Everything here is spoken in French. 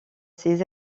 ses